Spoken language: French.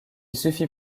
suffit